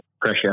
pressure